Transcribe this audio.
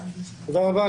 תודה רבה.